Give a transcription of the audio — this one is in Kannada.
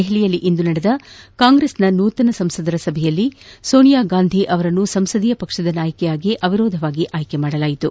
ದೆಹಲಿಯಲ್ಲಿಂದು ನಡೆದ ಕಾಂಗ್ರೆಸ್ನ ನೂತನ ಸಂಸದರ ಸಭೆಯಲ್ಲಿ ಸೋನಿಯಾಗಾಂಧಿ ಅವರನ್ನು ಸಂಸದೀಯ ಪಕ್ಷದ ನಾಯಕಿಯಾಗಿ ಅವಿರೋಧ ಆಯ್ಲೆ ಮಾಡಲಾಯಿತು